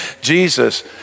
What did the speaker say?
Jesus